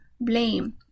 blame